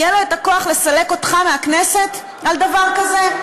יהיה לו הכוח לסלק אותך מהכנסת על דבר כזה?